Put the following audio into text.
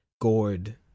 gourd